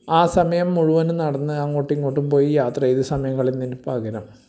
ആ സമയം മുഴുവനും നടന്ന് അങ്ങോട്ടും ഇങ്ങോട്ടും പോയി യാത്ര ചെയ്ത് സമയം കളയുന്നതിന് പകരം